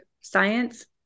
science